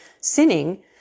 sinning